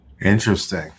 Interesting